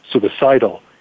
suicidal